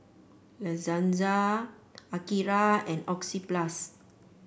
La Senza Akira and Oxyplus